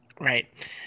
Right